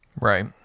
Right